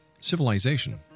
civilization